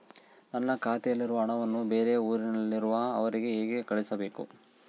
ನನ್ನ ಖಾತೆಯಲ್ಲಿರುವ ಹಣವನ್ನು ಬೇರೆ ಊರಿನಲ್ಲಿರುವ ಅವರಿಗೆ ಹೇಗೆ ಕಳಿಸಬೇಕು?